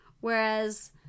Whereas